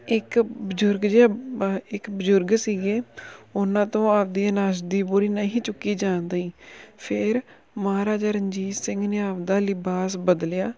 ਬਜ਼ੁਰਗ ਜਿਹਾ ਇੱਕ ਬਜ਼ੁਰਗ ਉਹਨਾਂ ਤੋਂ ਆਪਦੀ ਅਨਾਜ ਦੀ ਬੋਰੀ ਨਹੀਂ ਚੁੱਕੀ ਜਾਣ ਦਈ ਫਿਰ ਮਹਾਰਾਜਾ ਰਣਜੀਤ ਸਿੰਘ ਨੇ ਆਪਣਾ ਲਿਬਾਸ ਬਦਲਿਆ